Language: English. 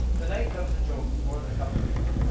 the knight, that was a joke, there's more than a couple people,